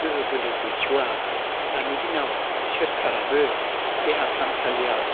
गोहो बोलो गैस'वा दानि दिनाव सोरखाराबो देहा फाहामसालियाव